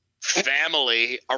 family